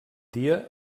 dia